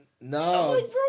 no